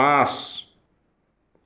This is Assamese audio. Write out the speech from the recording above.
পাঁচ